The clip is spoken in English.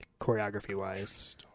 choreography-wise